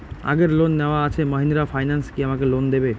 আগের লোন নেওয়া আছে মাহিন্দ্রা ফাইন্যান্স কি আমাকে লোন দেবে?